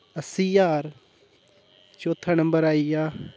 अस्सी ज्हार चौथा नम्बर आई गेआ